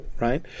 Right